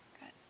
Good